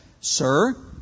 sir